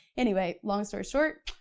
anyway, long story short,